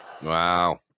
Wow